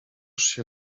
się